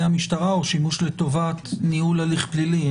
המשטרה או שימוש לטובת ניהול הליך פלילי.